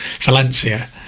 Valencia